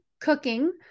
cooking